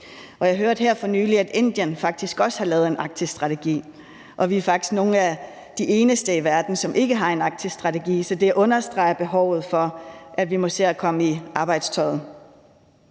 jeg hørte her for nylig, at Indien faktisk også har lavet en arktisk strategi, og at vi faktisk er nogle af de eneste i verden, som ikke har en arktisk strategi. Så det understreger behovet for, at vi må se at komme i arbejdstøjet.